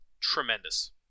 Tremendous